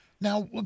Now